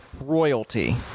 Royalty